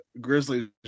Grizzlies